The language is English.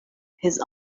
his